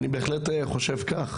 אני בהחלט חושב כך,